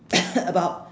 about